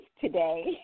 today